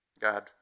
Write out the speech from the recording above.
God